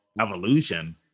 evolution